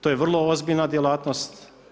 To je vrlo ozbiljna djelatnost.